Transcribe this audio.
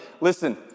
listen